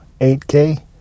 8K